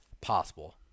possible